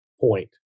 point